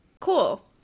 cool